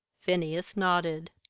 phineas nodded.